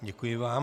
Děkuji vám.